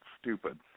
stupid